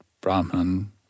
Brahman